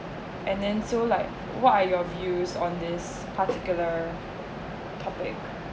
and then so like what are your views on this particular topic